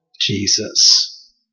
Jesus